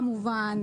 כמובן,